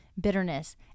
bitterness